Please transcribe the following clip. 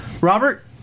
Robert